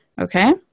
okay